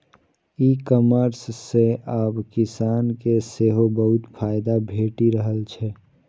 ई commerce सं आब किसान के सेहो बहुत फायदा भेटि रहल छै